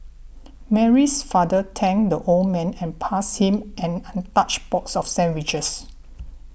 Mary's father thanked the old man and passed him an untouched box of sandwiches